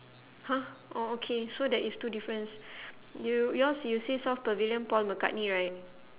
!huh! orh okay so that is two difference you yours you say south pavilion paul mccartney right